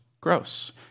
gross